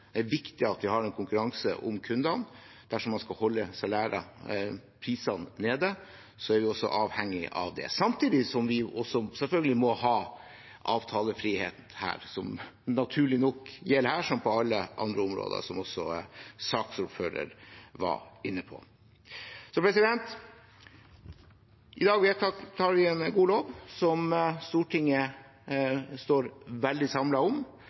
Det er viktig at vi har en konkurranse om kundene. Dersom man skal holde prisene nede, er man også avhengig av det, samtidig som vi selvfølgelig må ha avtalefrihet her, noe som naturlig nok gjelder her som på alle andre områder, som også saksordføreren var inne på. I dag vedtar vi en god lov som Stortinget står veldig